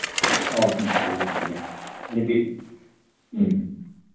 ꯑꯧ ꯎꯝ ꯆꯨꯝꯃꯦ ꯆꯨꯝꯃꯦ ꯑꯗꯨꯗꯤ ꯎꯝ